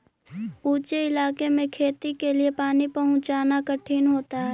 ऊँचे इलाके में खेती के लिए पानी पहुँचाना कठिन होता है